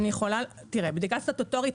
בדיקה סטטוטורית?